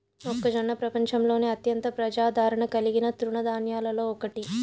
మొక్కజొన్న ప్రపంచంలోనే అత్యంత ప్రజాదారణ కలిగిన తృణ ధాన్యాలలో ఒకటి